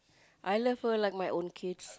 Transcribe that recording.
I love her like my own kids